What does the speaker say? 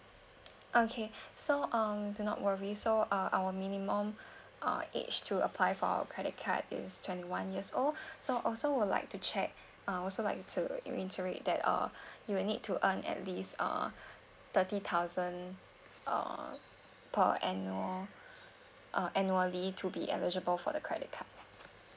okay so um do not worry so uh our minimum uh age to apply for our credit card is twenty one years old so also would like to check uh also would like to that reiterate that uh you will need to earn at this uh thirty thousand uh per annual uh annually to be eligible for the credit card